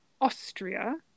Austria